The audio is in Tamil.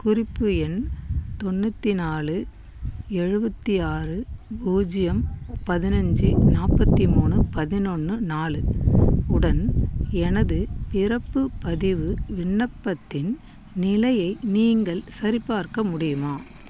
குறிப்பு எண் தொண்ணூற்றி நாலு எழுபத்தி ஆறு பூஜ்ஜியம் பதினஞ்சி நாற்பத்தி மூணு பதினொன்று நாலு உடன் எனது பிறப்பு பதிவு விண்ணப்பத்தின் நிலையை நீங்கள் சரிபார்க்க முடியுமா